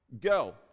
Go